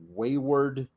wayward